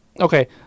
Okay